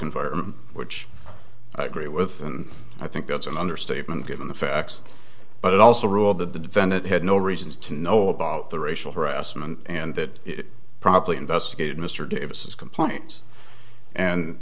environment which i agree with and i think that's an understatement given the facts but it also ruled that the defendant had no reason to know about the racial harassment and that it properly investigated mr davis complaint and